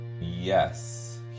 Yes